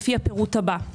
לפי הפירוט הבא: